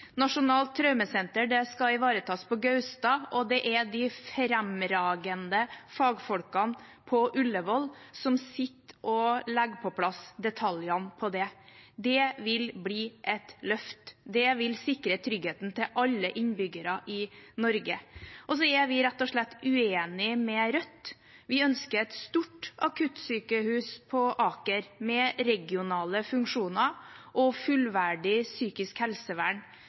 Nasjonalt traumesenter skal ivaretas på Gaustad, og det er de fremragende fagfolkene på Ullevål som sitter og legger på plass detaljene for det. Det vil bli et løft. Det vil sikre tryggheten til alle innbyggere i Norge. Så er vi rett og slett uenig med Rødt. Vi ønsker et stort akuttsykehus på Aker med regionale funksjoner og fullverdig psykisk helsevern.